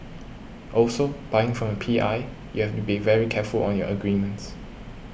also buying from a P I you have to be very careful on your agreements